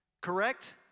correct